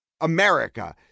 America